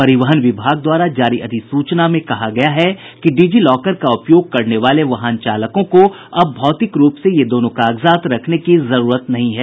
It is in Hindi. परिवहन विभाग द्वारा जारी अधिसूचना में कहा गया है कि डिजी लॉकर का उपयोग करने वाले वाहन चालकों को अब भौतिक रूप से ये दोनों कागजात रखने की जरूरत नहीं है